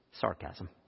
Sarcasm